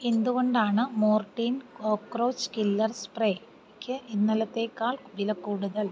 എന്തുകൊണ്ടാണ് Mortein cockroach killer സ്പ്രേയ്ക്ക് ഇന്നലത്തേക്കാൾ വിലക്കൂടുതൽ